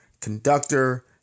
conductor